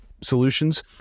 solutions